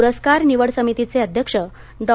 पुरस्कार निवड समितीचे अध्यक्ष डॉ